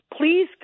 please